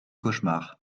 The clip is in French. cauchemar